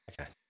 okay